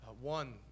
One